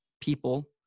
people